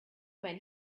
when